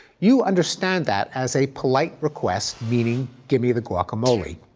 you understand that as a polite request meaning, give me the guacamole.